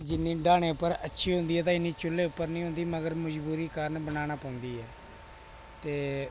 जिन्नी डाह्ने पर अच्छी हुंदी ऐ ते इन्नी चु'ल्ली पर नी हुंदी अगर मजबूरी कारण बनाना पौंदी ऐ ते